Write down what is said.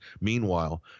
Meanwhile